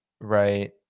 right